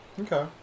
Okay